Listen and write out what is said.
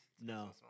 No